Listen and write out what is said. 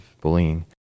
bullying